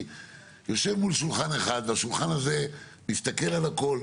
יושב מול שולחן אחד והשולחן הזה מסתכל על הכל,